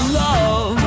love